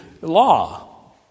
law